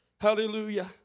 hallelujah